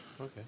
okay